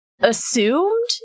assumed